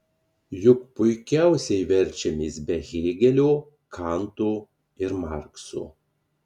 juk puikiausiai verčiamės be hėgelio kanto ir markso